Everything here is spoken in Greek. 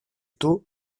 του